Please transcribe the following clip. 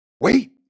wait